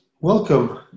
Welcome